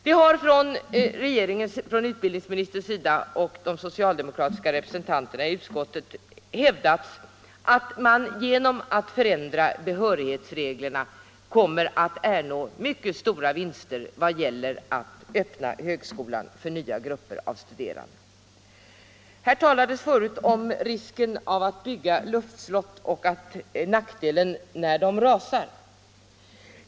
Det har från utbildningsministerns och de socialdemokratiska utskottsrepresentanternas sida hävdats att man genom att förändra behörighetsreglerna kommer att ernå mycket stora vinster vad det gäller att öppna högskolan för nya grupper av studerande. Här talades förut om risken att bygga luftslott och nackdelen när de rasar.